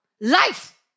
life